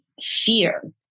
fear